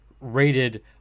rated